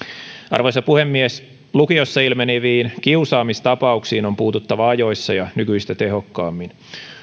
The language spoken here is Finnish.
arvoisa puhemies lukiossa ilmeneviin kiusaamistapauksiin on puututtava ajoissa ja nykyistä tehokkaammin